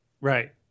Right